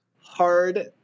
hard